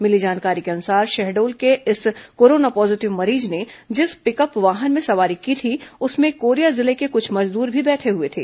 मिली जानकारी के अनुसार शहडोल को इस कोरोना पॉजीटिव मरीज ने जिस पिकअप वाहन में सवारी की थी उसमें कोरिया जिले के कुछ मजदूर भी बैठे हुए थे